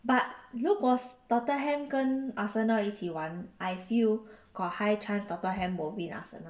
but 如果 sp~ tottenham 跟 arsenal 一起玩 I feel got high chance tottenham will win arsenal